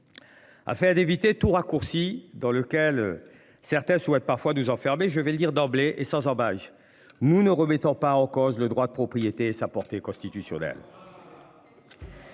fait d'éviter tout raccourci dans lequel. Certains souhaitent parfois nous enfermer. Je vais le dire d'emblée et sans ambages. Nous ne remettons pas en cause le droit de propriété et sa portée constitutionnelle.